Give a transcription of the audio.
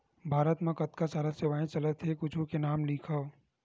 भारत मा कतका सारा सेवाएं चलथे कुछु के नाम लिखव?